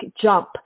jump